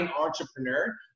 entrepreneur